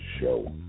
Show